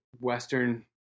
Western